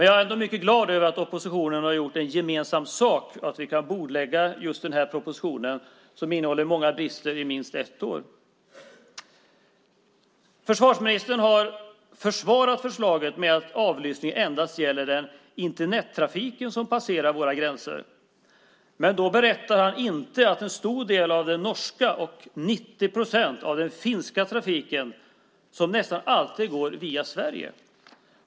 Jag är ändå mycket glad över att oppositionen har gjort gemensam sak och att vi kan bordlägga just den här propositionen, som innehåller många brister, i minst ett år. Försvarsministern har försvarat förslaget med att avlyssning endast gäller den Internettrafik som passerar våra gränser. Men då berättar han inte att en stor del av den norska och 90 procent av den finska trafiken nästan alltid går via Sverige.